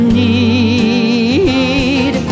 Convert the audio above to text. need